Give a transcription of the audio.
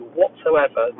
whatsoever